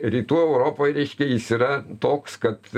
rytų europoj reiškia jis yra toks kad